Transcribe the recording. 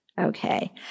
okay